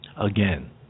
Again